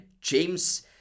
James